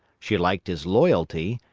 she liked his loyalty,